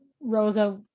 Rosa